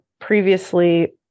previously